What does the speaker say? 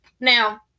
now